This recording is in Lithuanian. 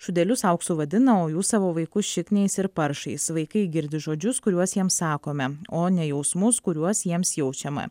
šūdelius auksu vadina o jų savo vaikus šikniais ir paršais vaikai girdi žodžius kuriuos jiems sakome o ne jausmus kuriuos jiems jaučiama